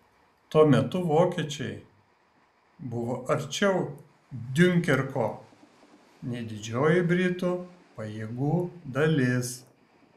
tuo metu vokiečiai buvo arčiau diunkerko nei didžioji britų pajėgų dalis